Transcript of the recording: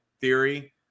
theory